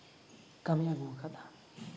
ᱠᱟᱹᱢᱤ ᱟᱹᱜᱩ ᱠᱟᱫᱟ